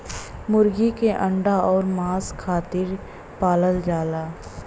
मुरगी के अंडा अउर मांस खातिर पालल जाला